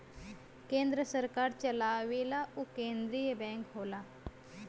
केन्द्र सरकार चलावेला उ केन्द्रिय बैंक होला